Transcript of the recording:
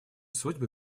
судьбы